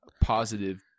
positive